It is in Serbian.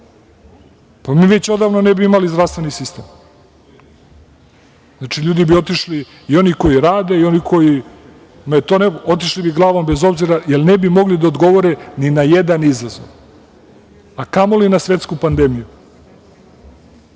Pa, mi već odavno ne bi imali zdravstveni sistem. Znači, ljudi bi otišli, i oni koji rade, otišli bi glavom bez obzira, jer ne bi mogli da odgovore ni na jedan izazov, a kamoli na svetsku pandemiju.